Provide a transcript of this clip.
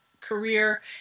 career